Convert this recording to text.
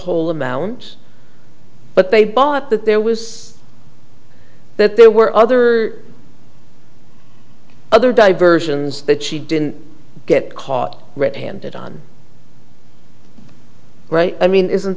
whole amounts but they bought that there was that there were other other diversions that she didn't get caught red handed on right i mean isn't